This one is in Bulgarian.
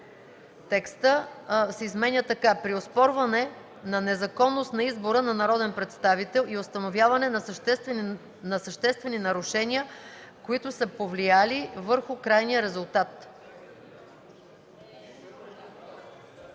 текста, се изменя така: